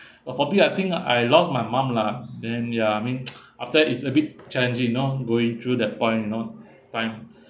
I probably I think I lost my mom lah then ya I mean after it's a bit challenging you know going through that point you know time